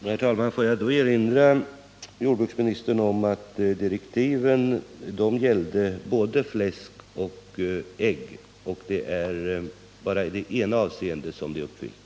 Herr talman! Får jag då erinra jordbruksministern om att direktiven gällde både fläsk och ägg och att det bara är i det ena avseendet som dessa följts.